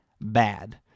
bad